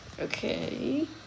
Okay